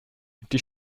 die